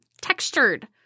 textured